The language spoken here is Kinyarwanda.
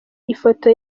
ifoto